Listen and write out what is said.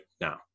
now